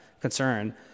concern